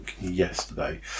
yesterday